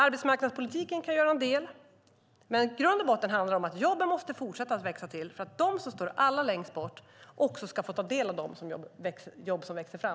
Arbetsmarknadspolitiken kan göra en del, men i grund och botten handlar det om att jobben måste fortsätta att växa till för att de som står allra längst bort också ska få ta del av de jobb som växer fram.